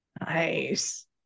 Nice